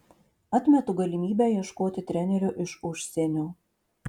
atmetu galimybę ieškoti trenerio iš užsienio